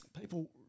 people